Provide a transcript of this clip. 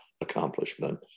accomplishment